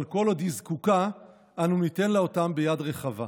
אבל כל עוד היא זקוקה אנו ניתן לה אותם ביד רחבה.